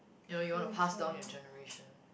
you know you want to pass down your generation